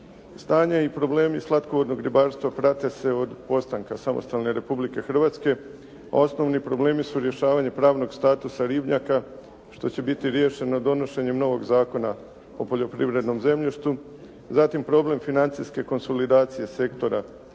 Stanje i problemi slatkovodnog ribarstva prate se od postanka samostalne Republike Hrvatske. Osnovni problemi su rješavanje pravnog statusa ribnjaka što će biti riješeno donošenjem novog Zakona o poljoprivrednom zemljištu. Zatim problem financijske konsolidacije sektora